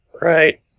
Right